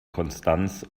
konstanz